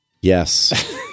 Yes